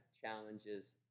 challenges